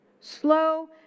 Slow